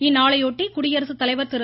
இந்நாளையொட்டி குடியரசு தலைவர் திரு